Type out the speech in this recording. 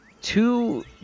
two